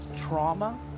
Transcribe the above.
trauma